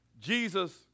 Jesus